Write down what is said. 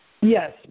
Yes